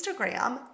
Instagram